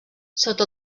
sota